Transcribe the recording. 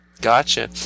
Gotcha